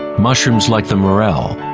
mushrooms like the morel,